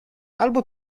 albo